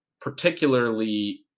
particularly